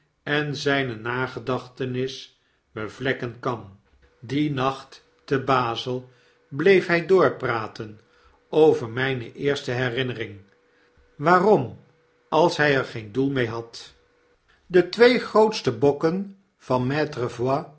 en zyne nagedachtenis bevlekken kan dien nacht te bazel bleef hij doorpraten over mijne eerste herinneringen waarom als hij er geen doel mee had de twee grootste bokken van